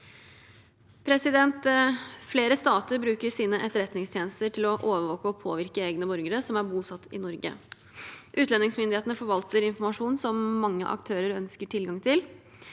Flere stater bruker sine etterretningstjenester til å overvåke og påvirke egne borgere som er bosatt i Norge. Utlendingsmyndighetene forvalter informasjon som mange aktører ønsker tilgang til.